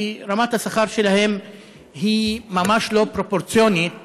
כי רמת השכר שלהם ממש לא פרופורציונית